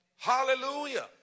Hallelujah